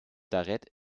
d’arrêt